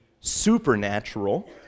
supernatural